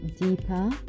deeper